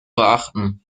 beachten